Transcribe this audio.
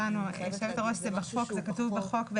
זה כתוב בחוק.